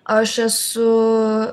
aš esu